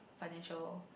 financial